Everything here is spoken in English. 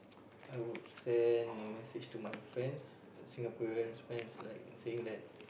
I would send the message to my friends Singaporean friends like saying that